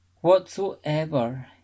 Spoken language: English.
whatsoever